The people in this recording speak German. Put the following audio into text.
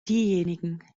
diejenigen